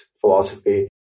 philosophy